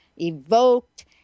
evoked